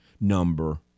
number